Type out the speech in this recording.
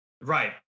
Right